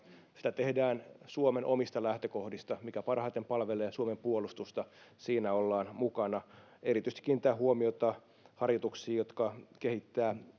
sitä tehdään suomen omista lähtökohdista mikä parhaiten palvelee suomen puolustusta siinä ollaan mukana erityisesti kiinnitetään huomiota harjoituksiin jotka kehittävät